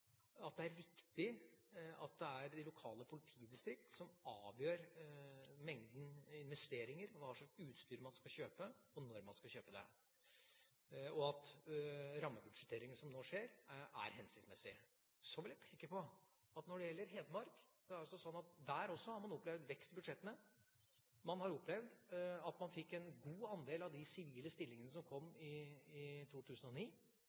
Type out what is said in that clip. at det er riktig at det er de lokale politidistrikter som avgjør mengden investeringer, hva slags utstyr man skal kjøpe, og når man skal kjøpe det, og at rammebudsjetteringene som nå skjer, er hensiktsmessige. Så vil jeg peke på at når det gjelder Hedmark, har man også der opplevd vekst i budsjettene. Man har opplevd at man fikk en god andel av de sivile stillingene som kom i 2009,